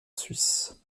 suisse